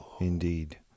Indeed